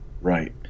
Right